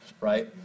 right